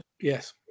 Yes